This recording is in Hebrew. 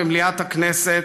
במליאת הכנסת,